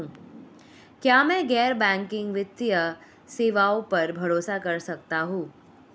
क्या मैं गैर बैंकिंग वित्तीय सेवाओं पर भरोसा कर सकता हूं?